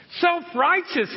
Self-righteous